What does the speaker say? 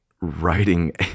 writing